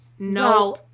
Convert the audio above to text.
no